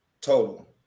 total